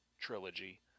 trilogy